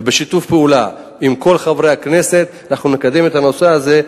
ובשיתוף פעולה עם כל חברי הכנסת אנחנו נקדם את הנושא הזה,